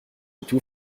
tout